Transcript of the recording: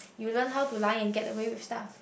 you learn how to lie and get away with stuff